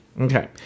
Okay